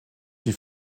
die